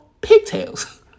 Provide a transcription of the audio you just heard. pigtails